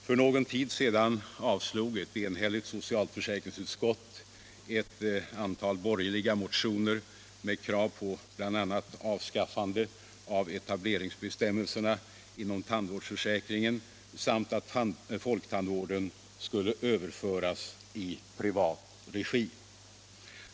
För någon tid sedan avslog ett enhälligt socialförsäkringsutskott ett antal borgerliga motioner med krav på att man bl.a. skulle avskaffa etableringsbestämmelserna inom tandvårdsförsäkringen samt att folktandvården skulle överföras i privat regi.